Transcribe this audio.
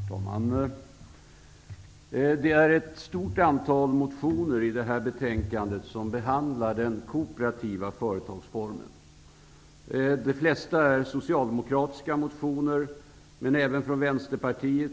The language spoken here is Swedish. Herr talman! Det är ett stort antal motioner i det här betänkandet som behandlar den kooperativa företagsformen. De flesta är socialdemokratiska, men det finns även motioner från Vänsterpartiet,